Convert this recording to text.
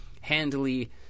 handily